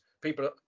People